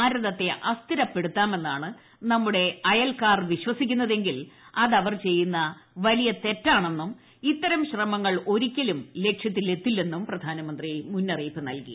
ഭാരതത്തെ അസ്ഥിരപ്പെടുത്താമെന്നാണ് നമ്മുടെ അയൽക്കാർ വിശ്വസിക്കുന്നതെങ്കിൽ അതവർ ചെയ്യുന്ന വലിയ തെറ്റാണെന്നും ഇത്തരം ശ്രമങ്ങൾ ഒരിക്കലും ലക്ഷ്യത്തിലെത്തിലെന്നും പ്രധാനമന്ത്രി മുന്നറിയിപ്പ് നൽകി